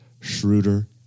Schroeder